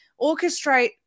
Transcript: orchestrate